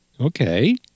okay